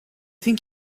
think